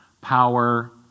power